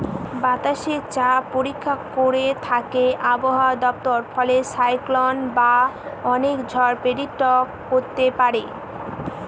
বাতাসের চাপ পরীক্ষা করে থাকে আবহাওয়া দপ্তর ফলে সাইক্লন বা অনেক ঝড় প্রেডিক্ট করতে পারে